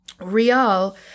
Rial